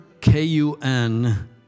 K-U-N